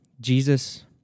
Jesus